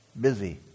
Busy